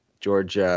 George